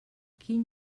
quin